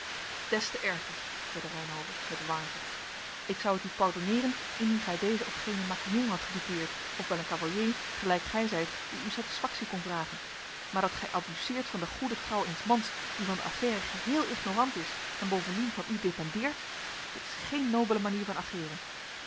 des te erger zeide reynhove met warmte ik zou het u pardonneeren indien gij dezen of genen maquignon had gedupeerd of wel een cavalier gelijk gij zijt die u satisfactie kon vragen maar dat gij abuseert van de goede trouw eens mans die van de affaire geheel ignorant is en bovendien van u dependeert dit is geen nobele manier van ageeren